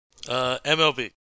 MLB